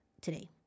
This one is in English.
today